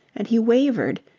and he wavered.